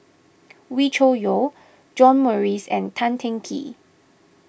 Wee Cho Yaw John Morrice and Tan Teng Kee